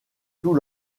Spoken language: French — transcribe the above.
tout